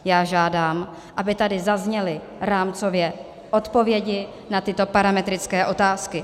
Já žádám, aby tady zazněly rámcově odpovědi na tyto parametrické otázky.